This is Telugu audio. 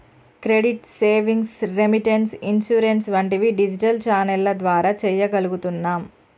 క్రెడిట్, సేవింగ్స్, రెమిటెన్స్, ఇన్సూరెన్స్ వంటివి డిజిటల్ ఛానెల్ల ద్వారా చెయ్యగలుగుతున్నాం